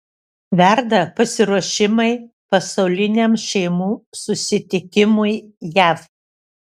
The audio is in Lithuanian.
verda pasiruošimai pasauliniam šeimų susitikimui jav